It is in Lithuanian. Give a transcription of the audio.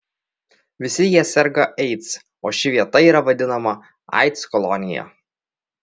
visi jie serga aids o ši vieta yra vadinama aids kolonija